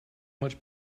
much